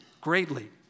greatly